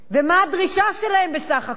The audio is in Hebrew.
ומה הדרישה שלהם בסך הכול?